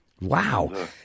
Wow